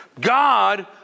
God